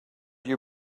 you